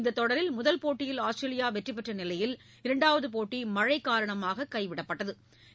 இந்தத் தொடரில் முதல் போட்டியில் ஆஸ்திரேலியா வெற்றி பெற்ற நிலையில் இரண்டாவது போட்டி மழை காரணமாக கைவிடப்பட்டது குறிப்பிடத்தக்கது